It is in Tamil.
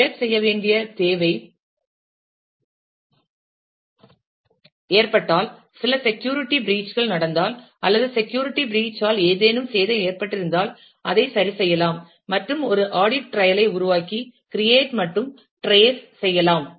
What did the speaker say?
எனவே டிடட்டக் செய்ய வேண்டிய தேவை ஏற்பட்டால் சில செக்யூரிட்டி பிரீட்ஜ் கள் நடந்தால் அல்லது செக்யூரிட்டி பிரீட்ஜ் ஆல் ஏதேனும் சேதம் ஏற்பட்டிருந்தால் அதை சரிசெய்யலாம் மற்றும் ஒரு ஆடிட் ட்ரையல் ஐ உருவாக்கி கிரியேட் மற்றும் ட்ரேஸ் செய்யலாம்